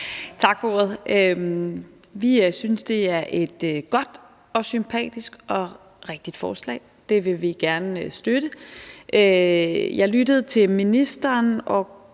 Tak for ordet. Vi synes, det er et godt, sympatisk og rigtigt forslag, og det vil vi gerne støtte. Jeg lyttede til ministeren og